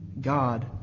God